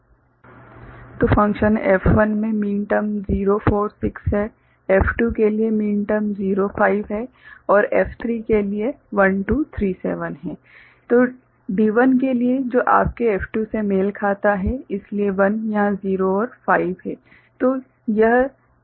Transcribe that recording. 𝐹𝐹1𝐴𝐴 𝐵𝐵 𝐶𝐶 ∑𝑚𝑚046 𝐹𝐹2𝐴𝐴 𝐵𝐵 𝐶𝐶 ∑𝑚𝑚05 𝐹𝐹3𝐴𝐴 𝐵𝐵 𝐶𝐶 𝑚𝑚1237 D1 के लिए जो आपके F2 से मेल खाता है इसलिए 1 यहां 0 और 5 है